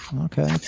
Okay